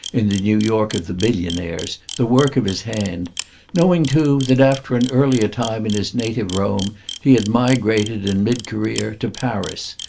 in the new york of the billionaires the work of his hand knowing too that after an earlier time in his native rome he had migrated, in mid-career, to paris,